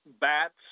bats